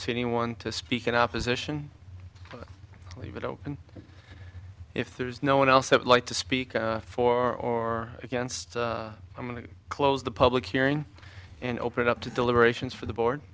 see anyone to speak in opposition leave it open if there is no one else i would like to speak for or against i'm going to close the public hearing and open up the deliberations for the board